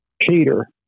Peter